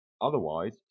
Otherwise